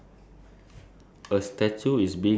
uh one purple and two pink